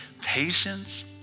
patience